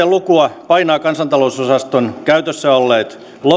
lukua painavat kansantalousosaston käytössä olleet